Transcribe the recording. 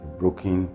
broken